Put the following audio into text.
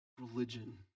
religion